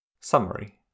Summary